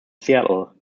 seattle